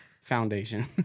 foundation